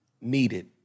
needed